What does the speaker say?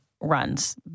runs